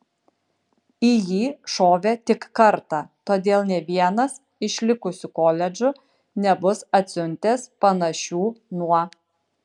į jį šovė tik kartą todėl nė vienas iš likusių koledžų nebus atsiuntęs panašių nuo